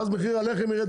ואז מחיר הלחם ירד,